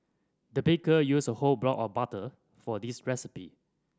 the baker used a whole block of butter for this recipe